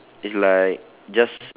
it's like just